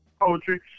Poetry